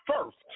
first